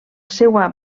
seua